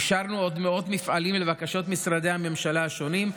אישרנו עוד מאות מפעלים לבקשת משרדי הממשלה השונים,